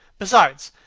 besides,